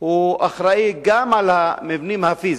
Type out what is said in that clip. אחראי גם למבנים הפיזיים,